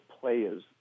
players